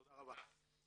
תודה רבה.